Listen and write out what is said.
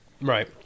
Right